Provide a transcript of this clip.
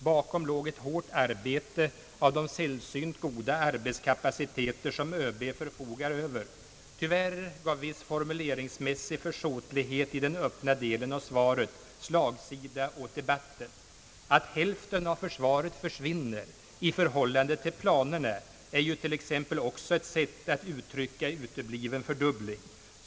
Bakom låg ett hårt arbete av de sällsynt goda kapaciteter som ÖB förfogar över. Tyvärr gav viss formuleringsmässig försåtlighet i den öppna delen av svaret slagsida åt debatten. Att hälften av försvaret försvinner i förhållande till planerna är t.ex. också ett sätt att uttrycka utebliven fördubbling.